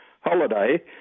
holiday